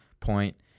point